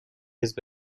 حزب